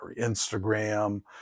Instagram